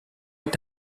est